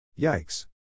Yikes